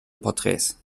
porträts